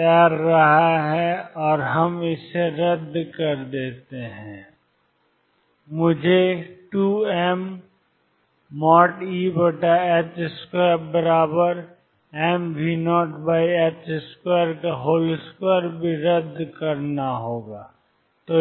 तैर रहा है और हम इसे रद्द कर देते हैं और मुझे 2mE2mV022 भी रद्द हो जाता है